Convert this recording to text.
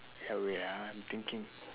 okay wait ah i'm thinking